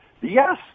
yes